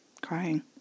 crying